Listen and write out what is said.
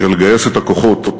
ולגייס את הכוחות.